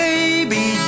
Baby